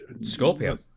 Scorpio